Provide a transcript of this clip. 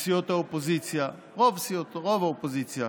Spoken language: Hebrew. בסיעות האופוזיציה, רוב האופוזיציה,